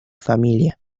familia